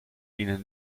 ihnen